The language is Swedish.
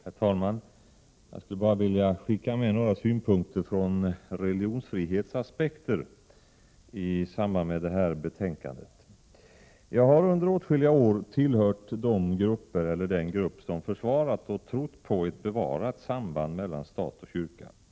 Herr talman! Jag skulle bara vilja anföra några synpunkter ur religionsfrihetsaspekt i samband med behandlingen av det här betänkandet. Jag har under åtskilliga år tillhört den grupp som försvarat och trott på ett bevarat samband mellan stat och kyrka.